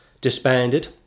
disbanded